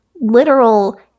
literal